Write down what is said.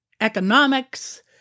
economics